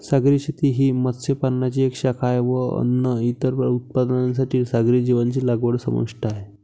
सागरी शेती ही मत्स्य पालनाची एक शाखा आहे व अन्न, इतर प्राणी उत्पादनांसाठी सागरी जीवांची लागवड समाविष्ट आहे